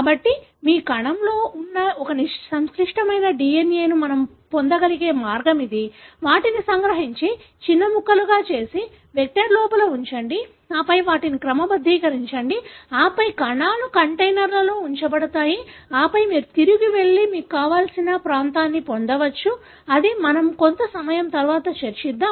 కాబట్టి మీ కణంలో ఉన్న ఒక సంక్లిష్టమైన DNA ను మనము పొందగలిగే మార్గం ఇది వాటిని సంగ్రహించి చిన్న ముక్కలుగా చేసి వెక్టర్ల లోపల ఉంచండి ఆపై వాటిని క్రమబద్ధీకరించండి ఆపై కణాలు కంటైనర్లలో ఉంచబడతాయి ఆపై మీరు తిరిగి వెళ్లి మీకు కావలసిన ప్రాంతాన్ని పొందవచ్చు అది మనం కొంత సమయం తరువాత చర్చిద్దాం